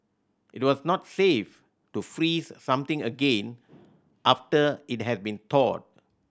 it was not safe to freeze something again after it has been thawed